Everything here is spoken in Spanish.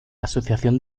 asociación